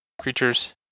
creatures